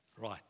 Right